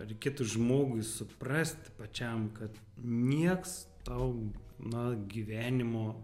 reikėtų žmogui suprasti pačiam kad nieks tau na gyvenimo